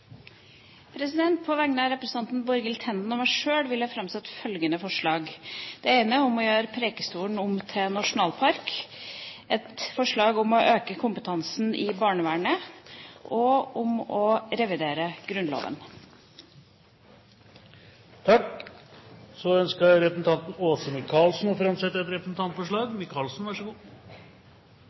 På vegne av representanten Borghild Tenden og meg sjøl vil jeg framsette forslag om å gjøre Prekestolen om til nasjonalpark, forslag om å øke kompetansen i barnevernet og forslag om å revidere Grunnloven. Representanten Åse Michaelsen ønsker å framsette et representantforslag.